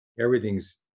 Everything's